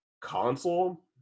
console